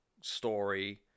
story